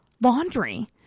Laundry